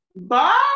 bye